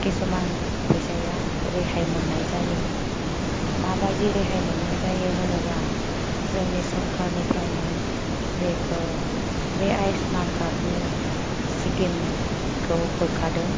खिसुमान फैसाया रेहाय मोननाय जायो माबायदि रेहाय मोननाय जायो होनोबा जोंनि सरखारनिफ्राइनो बेखौ बे आयुसमान कार्दनि सिखिमखौ होखादों